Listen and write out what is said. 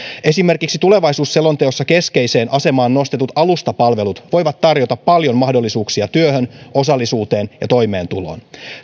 esimerkiksi tulevaisuusselonteossa keskeiseen asemaan nostetut alustapalvelut voivat tarjota paljon mahdollisuuksia työhön osallisuuteen ja toimeentuloon